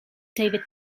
david